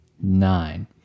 nine